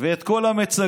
ואת כל המיצגים,